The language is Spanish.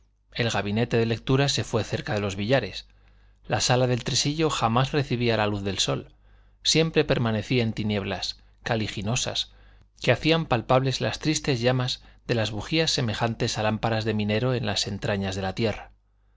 el gabinete de lectura se fue cerca de los billares la sala del tresillo jamás recibía la luz del sol siempre permanecía en tinieblas caliginosas que hacían palpables las tristes llamas de las bujías semejantes a lámparas de minero en las entrañas de la tierra